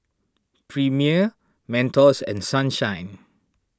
Premier Mentos and Sunshine